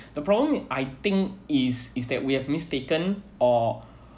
the problem I think is is that we have mistaken or